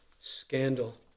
scandal